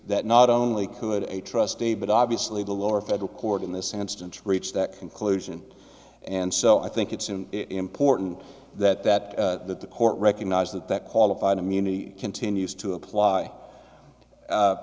that not only could a trustee but obviously the lower federal court in this instance reach that conclusion and so i think it's an important that that that the court recognize that that qualified immunity continues to apply